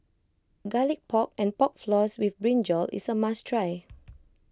Garlic Pork and Pork Floss with Brinjal is a must try